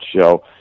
show